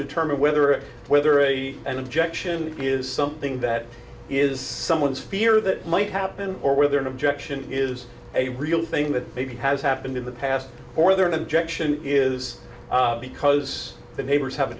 determine whether or whether a an objection is something that is someone's fear that might happen or whether an objection is a real thing that maybe has happened in the past or there an objection is because the neighbors have a